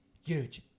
huge